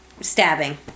stabbing